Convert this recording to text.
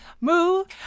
move